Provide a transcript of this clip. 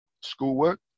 schoolwork